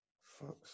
Fuck